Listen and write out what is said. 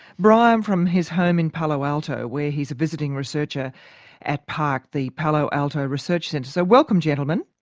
brian from his home in palo alto, where he's a visiting researcher at parc, the palo alto research centre. so welcome, gentlemen.